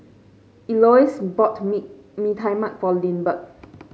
Elouise bought mee Mee Tai Mak for Lindbergh